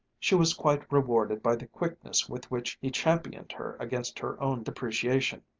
she was quite rewarded by the quickness with which he championed her against her own depreciation.